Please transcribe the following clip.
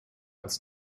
als